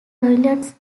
toilets